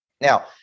Now